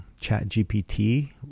ChatGPT